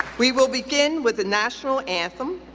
we will begin with the national anthem,